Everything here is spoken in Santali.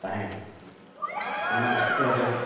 ᱛᱟᱦᱮᱸ ᱠᱟᱱᱟ ᱚᱱᱟ ᱚᱠᱛᱮ ᱨᱮ